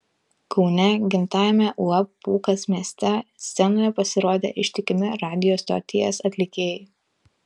kaune gimtajame uab pūkas mieste scenoje pasirodė ištikimi radijo stoties atlikėjai